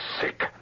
sick